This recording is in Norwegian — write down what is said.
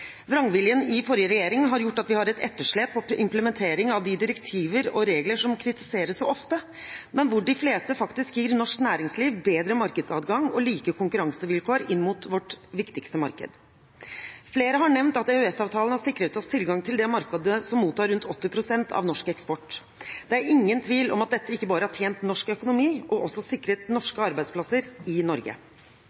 Vrangviljen fra forrige regjering har gjort at vi har et etterslep på implementering av de direktiver og regler som kritiseres så ofte, men hvor de fleste faktisk gir norsk næringsliv bedre markedsadgang og like konkurransevilkår inn mot vårt viktigste marked. Flere har nevnt at EØS-avtalen har sikret oss tilgang til det markedet som mottar rundt 80 pst. av norsk eksport. Det er ingen tvil om at dette ikke bare har tjent norsk økonomi, men også sikret norske arbeidsplasser i Norge.